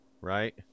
right